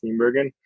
Steenbergen